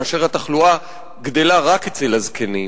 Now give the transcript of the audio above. כאשר התחלואה גדלה רק אצל הזקנים,